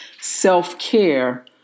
self-care